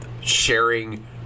sharing –